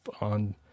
on